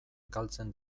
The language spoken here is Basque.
galtzen